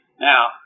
Now